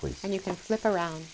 please and you can flip around